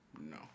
No